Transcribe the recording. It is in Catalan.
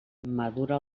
madura